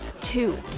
Two